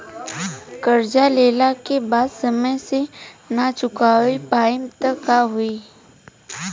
कर्जा लेला के बाद समय से ना चुका पाएम त का होई?